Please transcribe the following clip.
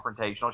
confrontational